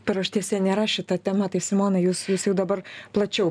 paraštėse nėra šita tema tai simona jūs jūs jau dabar plačiau